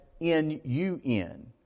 N-U-N